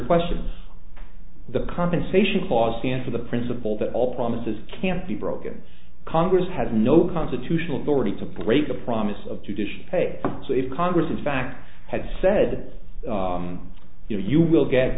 question the compensation costs and for the principle that all promises can't be broken congress has no constitutional authority to break the promise of judicial pay so if congress in fact had said you know you will get